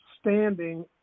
standing